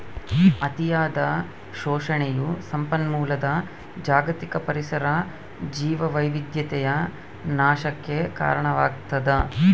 ಅತಿಯಾದ ಶೋಷಣೆಯು ಸಂಪನ್ಮೂಲದ ಜಾಗತಿಕ ಪರಿಸರ ಜೀವವೈವಿಧ್ಯತೆಯ ನಾಶಕ್ಕೆ ಕಾರಣವಾಗ್ತದ